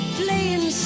playing